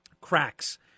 cracks